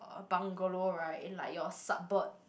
bungalow right like your suburb